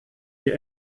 die